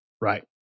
Right